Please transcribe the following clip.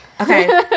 Okay